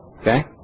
Okay